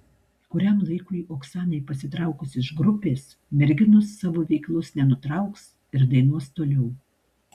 kuriam laikui oksanai pasitraukus iš grupės merginos savo veiklos nenutrauks ir dainuos toliau